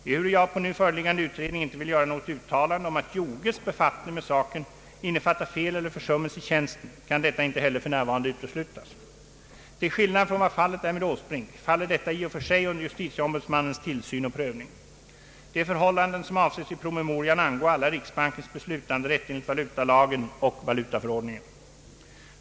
Ehuru jag på nu föreliggande utredning inte vill göra något uttalande om att Joges befattning med saken innefattar fel eller försummelse i tjänsten, kan detta inte heller f.n. uteslutas. Till skillnad från vad fallet är med Åsbrink faller detta i och för sig under justitieombudsmannens tillsyn och prövning. De förhållanden som avses i promemorian angå alla riksbankens beslutanderätt enligt valutalagen och valutaförordningen.